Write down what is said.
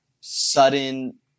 sudden